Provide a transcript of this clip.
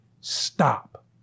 Stop